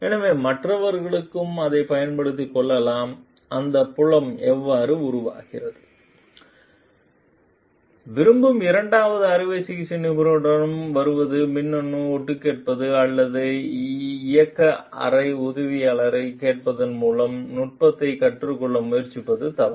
எனவே மற்றவர்களும் அதைப் பயன்படுத்திக் கொள்ளலாம் அந்த புலம் எவ்வாறு உருவாகிறது விரும்பும் இரண்டாவது அறுவை சிகிச்சை நிபுணரிடம் வருவது மின்னணு ஒட்டுக்கேட்க அல்லது இயக்க அறை உதவியாளரைக் கேட்பதன் மூலம் நுட்பத்தைக் கற்றுக்கொள்ள முயற்சிப்பது தவறு